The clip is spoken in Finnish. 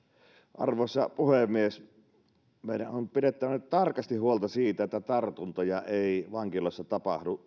arvoisa puhemies meidän on pidettävä nyt tarkasti huolta siitä että tartuntoja ei vankiloissa tapahdu